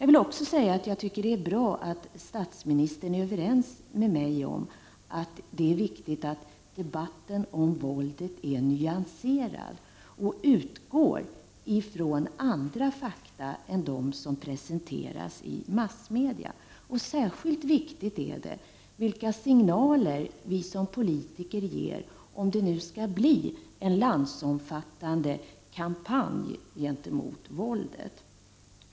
Vidare är det bra att statsministern är överens med mig om att det är viktigt att debatten om våldet är nyanserad och att den utgår från andra fakta än de som presenteras i massmedia. Särskilt viktigt är det vilka signaler vi som politiker ger om det nu skall bli en landsomfattande kampanj mot våldet.